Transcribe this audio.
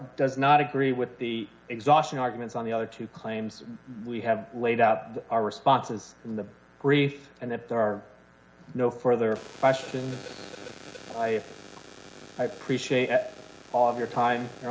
does not agree with the exhaustion arguments on the other two claims we have laid out our responses in the brief and if there are no further questions i appreciate all of your time your